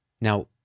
Now